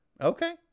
Okay